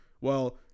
well-